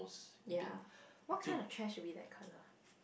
ya what kind of trash would be that colour